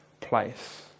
place